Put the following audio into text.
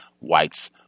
whites